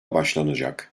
başlanacak